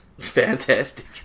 fantastic